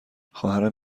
خواهرم